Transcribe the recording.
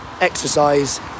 exercise